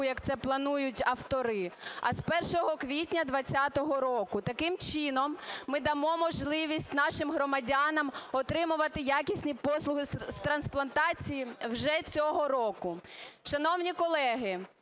як це планують автори, а з 1 квітня 20-го року. Таким чином ми дамо можливість нашим громадянам отримувати якісні послуги з трансплантації вже цього року.